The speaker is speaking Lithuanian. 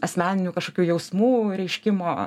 asmeninių kažkokių jausmų reiškimo